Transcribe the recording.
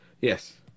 yes